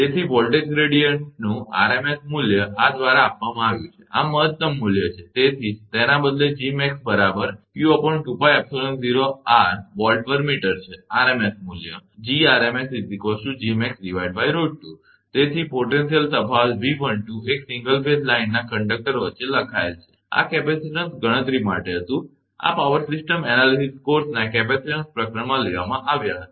તેથી voltage gradient નું RMS મૂલ્ય આ દ્વારા આપવામાં આવ્યું છે આ મહત્તમ મૂલ્ય છે તેથી જ તેના બદલે આ 𝐺𝑚𝑎𝑥 બરાબર 𝑞2𝜋𝜖0𝑟 Vm છે આરએમએસ મૂલ્ય છે તેથી પોટેન્શિયલ તફાવત 𝑉12 એક સિંગલ ફેઝ લાઇનના કંડક્ટર વચ્ચે લખાયેલ છે આ કેપેસિટીન્સ ગણતરી માટે હતું આ પાવર સિસ્ટમ એનાલિસિસ કોર્સના કેપેસિટીન્સ પ્રકરણમાં લેવામાં આવ્યા હતાં